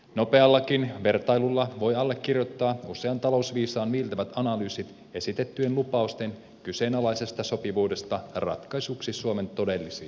nopeallakin vertailulla voi allekirjoittaa usean talousviisaan viiltävät analyysit esitettyjen lupausten kyseenalaisesta sopivuudesta ratkaisuksi suomen todellisiin haasteisiin